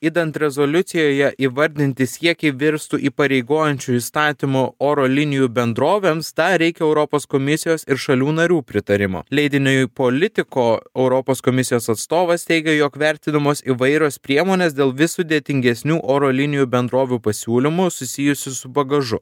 idant rezoliucijoje įvardinti siekiai virstų įpareigojančiu įstatymu oro linijų bendrovėms tą reikia europos komisijos ir šalių narių pritarimo leidiniui politico europos komisijos atstovas teigė jog vertinamos įvairios priemonės dėl vis sudėtingesnių oro linijų bendrovių pasiūlymų susijusių su bagažu